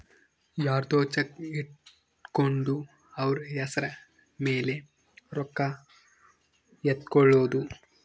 ಯರ್ದೊ ಚೆಕ್ ಇಟ್ಕೊಂಡು ಅವ್ರ ಹೆಸ್ರ್ ಮೇಲೆ ರೊಕ್ಕ ಎತ್ಕೊಳೋದು